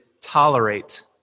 tolerate